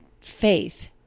faith